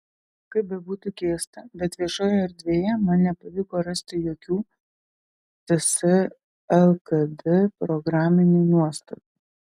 kaip bebūtų keista bet viešoje erdvėje man nepavyko rasti jokių ts lkd programinių nuostatų